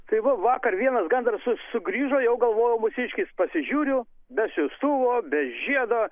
tai va vakar vienas gandras su sugrįžo jau galvojau mūsiškis pasižiūriu be siųstuvo be žiedo